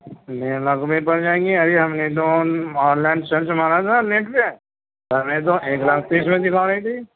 ڈیڑھ لاکھ روپئے پڑ جائے گی ارے ہم نے تو ہم آن لائن سرچ مارا تھا نیٹ پہ تو ہمیں تو ایک لاکھ تیس ہزار دکھا رہی تھی